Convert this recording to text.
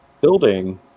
building